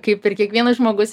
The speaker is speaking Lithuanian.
kaip ir kiekvienas žmogus